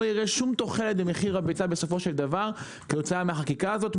יראה שום תוחלת במחיר הביצה בסופו של דבר כתוצאה מהחקיקה הזאת,